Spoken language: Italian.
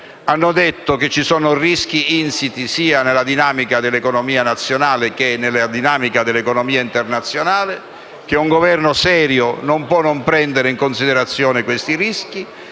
hanno detto che ci sono rischi insiti sia nella dinamica dell'economia nazionale che in quella dell'economia internazionale; un Governo serio non può non prendere in considerazione questi rischi